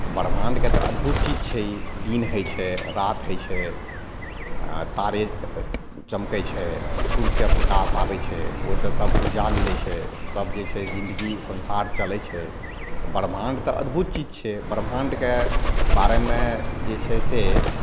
तऽ ब्रह्माण्डके तऽ अद्भुत चीज छै ई दिन होइ छै राति होइ छै आ तारा चमकै छै सूर्जके प्रकाश आबै छै ओइ सऽ सब ऊर्जा मिलै छै तब जे छै जिन्दगी संसार चलै छै तऽ ब्रह्माण्ड तऽ अद्भुत चीज छै ब्रह्माण्डके बारेमे जे छै से